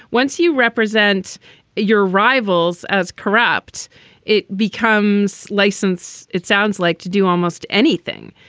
once you represent your rivals as corrupt it becomes license. it sounds like to do almost anything.